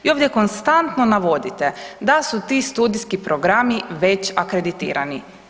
Vi ovdje konstantno navodite da su ti studijski programi već akreditirani.